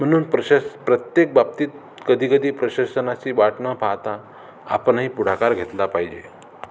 म्हणून प्रशास प्रत्येक बाबतीत कधीकधी प्रशासनाची वाट न पाहता आपणही पुढाकार घेतला पाहिजे